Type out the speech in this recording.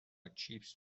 چیپس